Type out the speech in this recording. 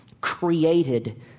created